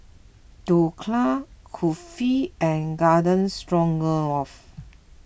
Dhokla Kulfi and Garden Stroganoff